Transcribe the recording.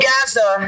Gaza